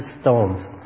stones